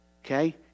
Okay